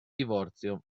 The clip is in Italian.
divorzio